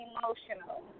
Emotional